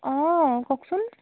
অঁ কওকচোন